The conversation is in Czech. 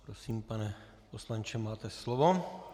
Prosím, pane poslanče, máte slovo.